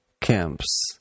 camps